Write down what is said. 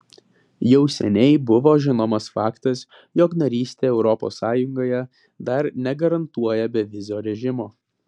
jau seniai buvo žinomas faktas jog narystė europos sąjungoje dar negarantuoja bevizio režimo